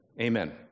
Amen